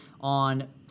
on